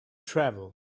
travel